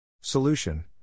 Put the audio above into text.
Solution